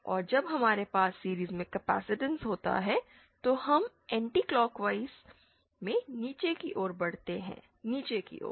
और जब हमारे पास सीरिज़ में कैपेसिटेंस होता है तो हम एंटीक्लॉकवाइज़ में नीचे की ओर बढ़ते हैं नीचे की ओर